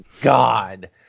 God